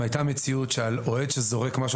אם הייתה מציאות שעל אוהד שזורק משהו